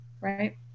right